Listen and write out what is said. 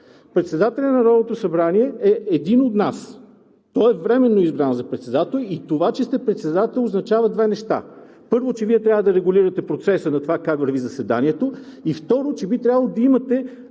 Председателят на Народното събрание е един от нас. Той е временно избран за председател. Това, че сте председател, означава две неща. Първо, че Вие трябва да регулирате процеса на това как върви заседанието и второ, че би трябвало да имате,